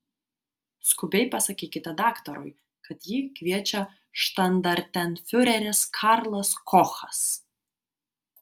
skubiai pasakykite daktarui kad jį kviečia štandartenfiureris karlas kochas